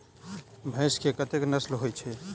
भैंस केँ कतेक नस्ल होइ छै?